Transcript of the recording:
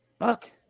Look